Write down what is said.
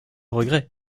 regret